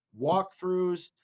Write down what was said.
walkthroughs